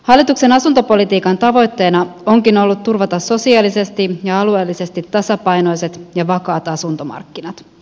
hallituksen asuntopolitiikan tavoitteena onkin ollut turvata sosiaalisesti ja alueellisesti tasapainoiset ja vakaat asuntomarkkinat